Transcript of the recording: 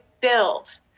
build